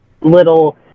little